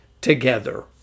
together